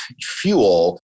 fuel